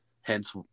Hence